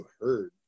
heard